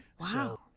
Wow